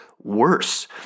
Worse